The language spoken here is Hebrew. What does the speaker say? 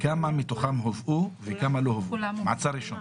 כמה מתוכם הובאו וכמה לא הובאו?